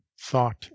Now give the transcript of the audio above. thought